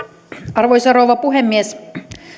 arvoisa rouva puhemies